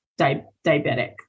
diabetic